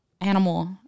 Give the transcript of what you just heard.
animal